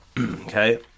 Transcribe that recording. okay